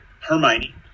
Hermione